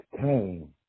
came